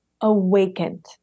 awakened